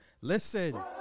Listen